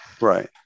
Right